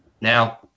Now